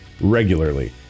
regularly